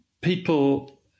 people